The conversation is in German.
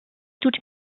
tut